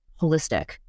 holistic